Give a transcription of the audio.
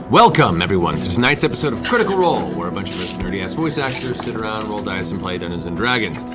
welcome, everyone, to tonight's episode of critical role, where a bunch of us nerdy-ass voice actors sit around, roll dice, and play dungeons and dragons.